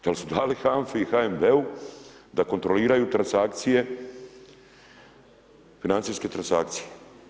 Da li su dali HANFI i HNB-u da kontroliraju transakcije, financijske transakcije?